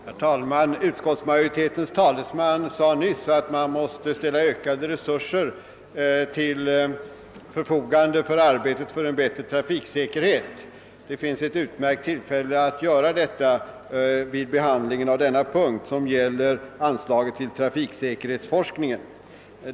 Herr talman! Utskottsmajoritetens talesman sade nyss att man måste ställa ökade resurser till förfogande för arbetet på en bättre trafiksäkerhet. Det finns ett utmärkt tillfälle att göra detta vid behandlingen av denna punkt som gäller anslaget till trafiksäkerhetsforskning.